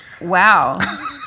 Wow